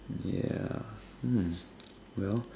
yeah hmm well